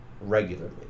Regularly